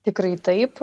tikrai taip